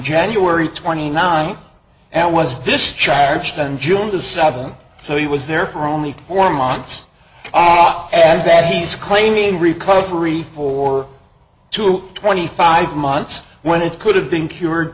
january twenty ninth and was discharged then june the seventh so he was there for only four months off and bet he's claiming recovery for two twenty five months when it could have been cured